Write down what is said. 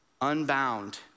Unbound